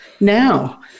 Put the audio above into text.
now